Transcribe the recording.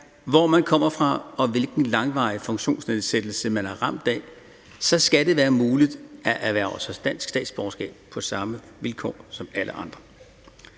hvor man kommer fra, og hvilken langvarig funktionsnedsættelse man er ramt af, skal det være muligt at erhverve sig dansk statsborgerskab på samme vilkår som alle andre.